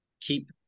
keep